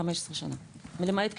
15 שנה למעט קשישים,